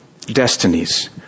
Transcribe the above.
destinies